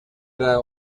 era